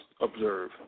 observe